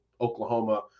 Oklahoma